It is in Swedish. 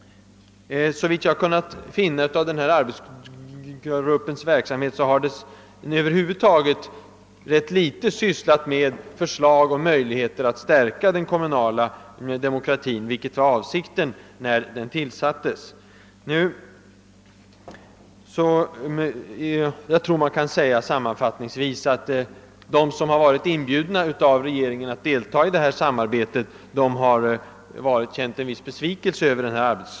Såvitt jag kunnat finna av denna arbetsgrupps verksamhet har den över huvud taget rätt litet sysslat med förslag om att stärka den kommunala demokratin, vilket var avsikten när den tillsattes. Sammanfattningsvis kan man nog säga att de som varit inbjudna av regeringen att delta i detta samarbete har känt en viss besvikelse.